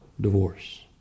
divorce